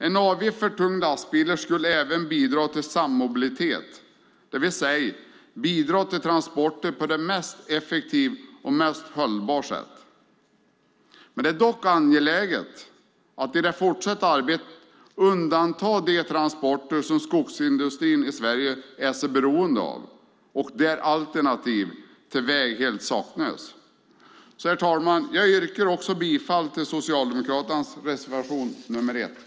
En avgift för tunga lastbilar skulle även bidra till sammobilitet, det vill säga bidra till transporter på det mest effektiva och mest hållbara sätt. Det är dock angeläget att i det fortsatta arbetet undanta de transporter som skogsindustrin i Sverige är så beroende av och där alternativ till väg helt saknas. Herr talman! Jag yrkar bifall till Socialdemokraternas reservation 1.